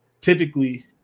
typically